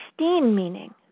meaning